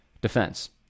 Defense